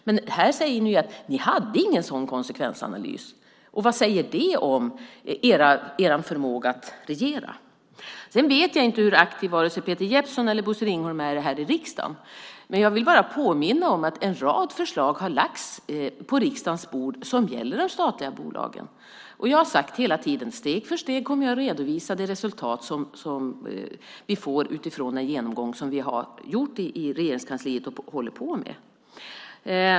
Men här säger ni att ni inte hade någon sådan konsekvensanalys. Vad säger det om er förmåga att regera? Jag vet inte hur aktiva Peter Jeppsson och Bosse Ringholm är här i riksdagen, men jag vill påminna om att en rad förslag som gäller de statliga bolagen har lagts på riksdagens bord. Jag har sagt hela tiden: Steg för steg kommer jag att redovisa det resultat som vi får utifrån den genomgång som vi har gjort i Regeringskansliet och som vi håller på med.